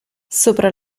sopra